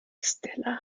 stella